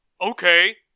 Okay